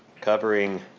covering